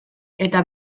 eta